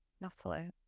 natalie